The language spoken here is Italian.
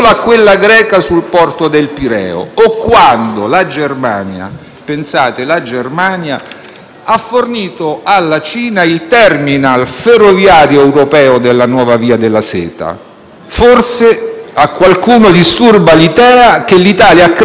ha fornito alla Cina il *terminal* ferroviario europeo della nuova Via della Seta. Forse a qualcuno disturba l'idea che l'Italia accresca l'*export* verso la Cina, erodendo fette importanti di mercati altrui.